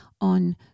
on